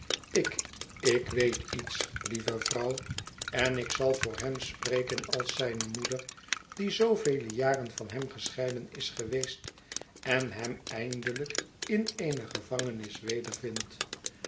ik ik weet iets lieve vrouw en ik zal voor hem spreken als zijne moeder die zoovele jaren van hem gescheiden is geweest en hem eindelijk in eene gevangenis weder